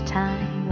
time